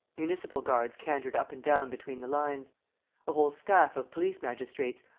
municipal guards cantered up and down between the lines a whole staff of police-magistrates,